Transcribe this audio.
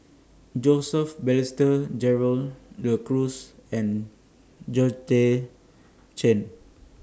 Joseph Balestier Gerald De Cruz and Chen